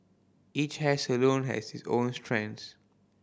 each hair salon has its own strengths